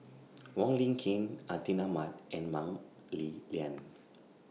Wong Lin Ken Atin Amat and Mah Li Lian